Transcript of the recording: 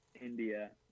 India